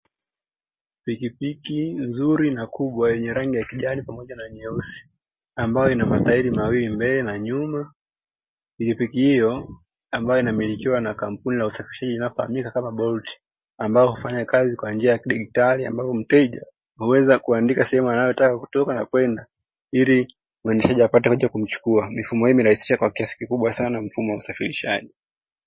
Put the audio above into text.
Pikipiki nzuri na kubwa yenye rangi ya kijani pamoja na nyeusi ambayo ina matairi mawili mbele na nyuma, pikipiki hiyo ambayo inamilikiwa na kampuni ya usafiri inayofahamika kama boloti, ambayo hufanya kazi kwa njia ya kidigitali ambapo mteja waweza kuandika sehemu anayotaka kutoka na kwenda, ili muendeshaji apate kuja kumchukua mifumo hii inarahisisha kwa kiasi kikubwa sana mfumo wa usafirishaji.